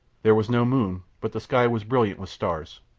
there was no moon, but the sky was brilliant with stars.